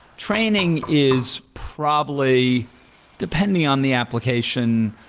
training is probably depending on the application,